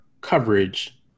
coverage